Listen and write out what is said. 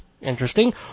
Interesting